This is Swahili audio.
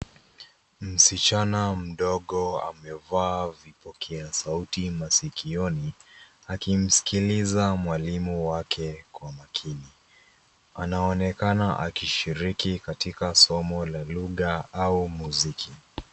Msichana mdogo amevaa vipokea sauti maskioni akimskiliza mwalimu wake kwa makini. Anaonekana akishiriki katika somo la lugha au muziki.